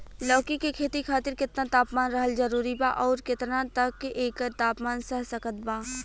लौकी के खेती खातिर केतना तापमान रहल जरूरी बा आउर केतना तक एकर तापमान सह सकत बा?